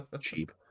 cheap